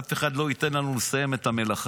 ואף אחד לא ייתן לנו לסיים את המלאכה.